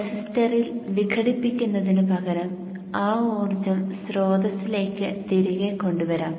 റെസിസ്റ്ററിൽ വിഘടിപ്പിക്കുന്നതിനുപകരം ആ ഊർജ്ജം സ്രോതസ്സിലേക്ക് തിരികെ കൊണ്ടുവരാം